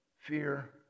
fear